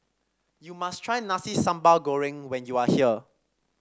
you must try Nasi Sambal Goreng when you are here